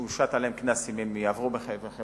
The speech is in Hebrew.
אם יושת עליהם קנס אם הם יעברו חברה.